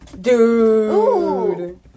Dude